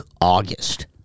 August